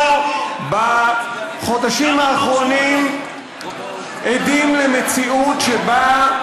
בחודשים האחרונים אנחנו עדים למציאות שבה,